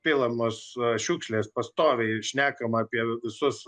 pilamos šiukšlės pastoviai šnekama apie visus